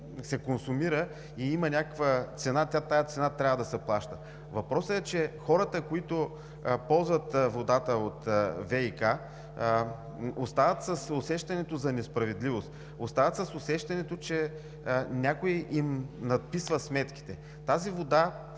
се консумира и има някаква цена, тази цена трябва да се плаща. Въпросът е, че хората, които ползват водата от ВиК, остават с усещането за несправедливост, остават с усещането, че някой им надписва сметките. Тази вода